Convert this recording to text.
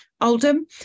Oldham